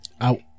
Out